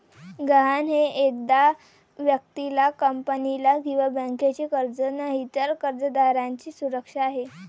गहाण हे एखाद्या व्यक्तीला, कंपनीला किंवा बँकेचे कर्ज नाही, तर कर्जदाराची सुरक्षा आहे